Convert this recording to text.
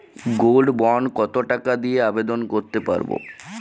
Gold bond কত টাকা দিয়ে আবেদন করতে পারবো?